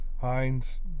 Hines